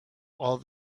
all